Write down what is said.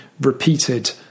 repeated